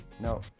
No